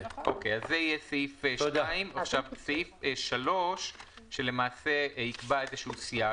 זה יהיה סעיף 2. סעיף 3 יקבע סייג,